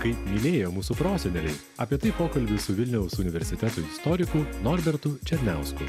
kaip mylėjo mūsų proseneliai apie tai pokalbis su vilniaus universiteto istoriku norbertu černiausku